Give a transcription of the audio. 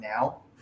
now